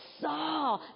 saw